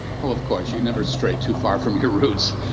ah of course. you'd never stray too far from your roots.